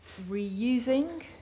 Reusing